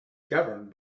governed